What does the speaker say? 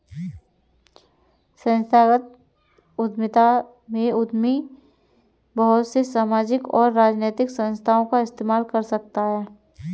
संस्थागत उद्यमिता में उद्यमी बहुत से सामाजिक और राजनैतिक संस्थाओं का इस्तेमाल कर सकता है